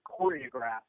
choreographed